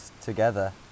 together